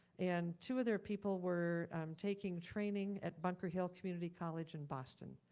and two other people were um taking training at bunker hill community college in boston.